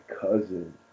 cousin